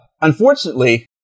unfortunately